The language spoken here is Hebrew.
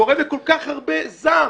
גורם לכל כך הרבה זעם.